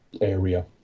area